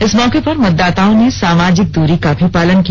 इस मौके पर मतदाताओं ने सामाजिक दूरी का भी पालन किया